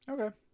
Okay